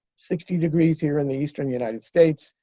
sixty degrees here in the eastern united states.